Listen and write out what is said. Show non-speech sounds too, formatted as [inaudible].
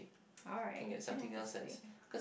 [noise] alright you can have this today